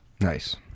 Nice